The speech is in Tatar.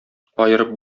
аерып